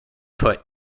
put